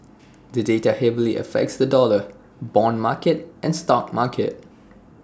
the data heavily affects the dollar Bond market and stock market